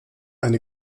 eine